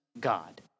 God